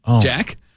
Jack